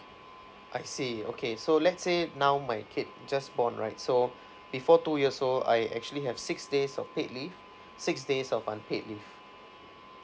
I see okay so let's say now my kid just born right so before two years old I actually have six days of paid leave six days of unpaid leave